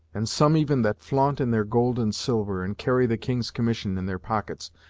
and some even that flaunt in their gold and silver, and carry the king's commission in their pockets,